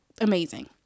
amazing